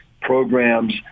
programs